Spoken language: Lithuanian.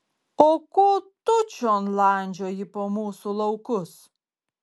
o ko tu čion landžioji po mūsų laukus